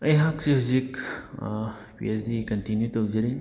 ꯑꯩꯍꯥꯛꯁꯤ ꯍꯧꯖꯤꯛ P H D continue ꯇꯧꯖꯔꯤ